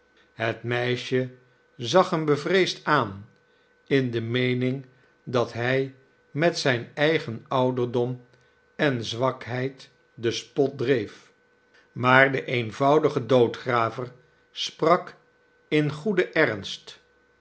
het meisje zag hem bevreesd aan in de meening dat hij met zijn eigen ouderdom en zwakheid den spot dreef maar de eenvoudige doodgraver sprak in goeden ernst